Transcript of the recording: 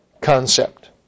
concept